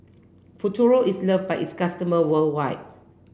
Futuro is love by its customer worldwide